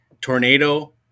tornado